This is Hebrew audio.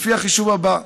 לפי החישוב הזה: